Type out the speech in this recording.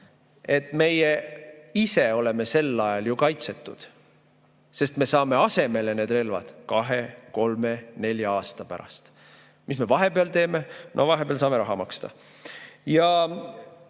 sest meie ise oleme sel ajal ju kaitsetud. Me saame asemele relvad kahe, kolme või nelja aasta pärast. Mis me vahepeal teeme? No vahepeal saame raha maksta.